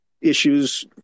issues